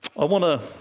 i want to,